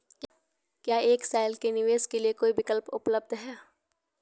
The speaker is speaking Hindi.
क्या एक साल के निवेश के लिए कोई विकल्प उपलब्ध है?